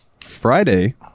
Friday